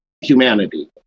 humanity